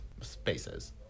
spaces